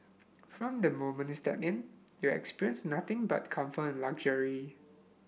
from the moment you step in you experience nothing but comfort and luxury